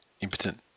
impotent